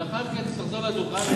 ואחר כך תחזור לדוכן,